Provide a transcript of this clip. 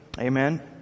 Amen